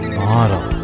model